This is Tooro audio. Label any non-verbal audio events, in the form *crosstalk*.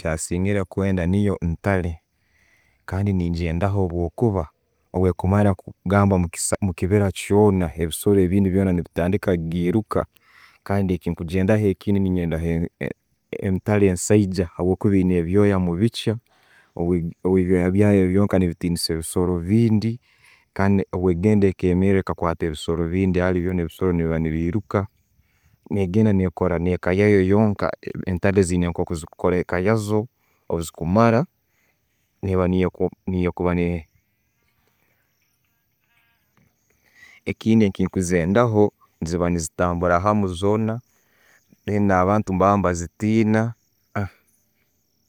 Kyenasingire kwenda niiyo entale, kandi nengyendaho habwokuba, bwekumara kugamba omukibiira, ebisoro ebindi byona ne'bitandika giruuka. Kandi ekye'ngyendaho ekindi entaare ensaija habwokuba eine ebyooya omubikya, habwebyooya byayo byonka nebitiniisa ebisoro ebindi kandi bwegenda ekemeera ekakwata ebisoro ebindi, byona ebisoro ne'biba ne'biruka. Ne'genda ne kora eka yayo yonka, entale ziyina nka zikukora eka yaazo obuzikumara. *hesitation* Ekindi ekyondizikwendaho, ziba ne zitambula hamu zoona, then na'bantu nebaba nebazitina.